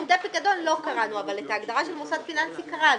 לא קראנו אבל את ההגדרה של מוסד פיננסי קראנו.